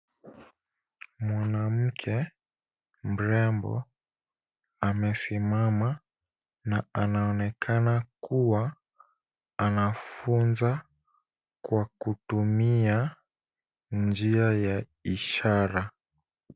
Mwanamke mrembo amesimama na anaonekana kuwa anafunza kwa kutumia njia ya ishara.